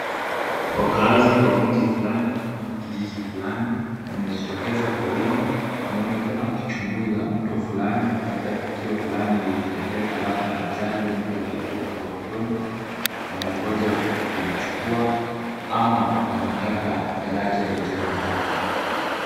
Wakaazi wa mji fulani ama kijiji fulani wamejitokeza kwa wingi, wanaonekana wakichunguza mto fulani, labda tukio fulani lilitendeka, labda ajali mtu alianguka kwa mtoni wanangoja kumchukua ama wanataka daraja lijengwe hapo.